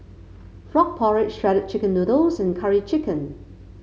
Frog Porridge Shredded Chicken Noodles and Curry Chicken